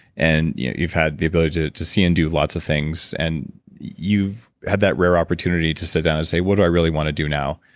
and you've had the ability to to see and do lots of things. and you've had that rare opportunity to sit down and say, what do i really want to do now?